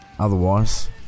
Otherwise